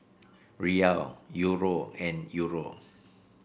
Riyal Euro and Euro